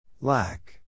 Lack